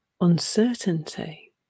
uncertainty